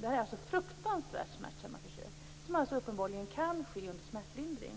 Det är alltså fråga om fruktansvärt smärtsamma försök, som uppenbarligen kan ske under smärtlindring.